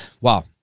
wow